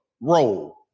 roll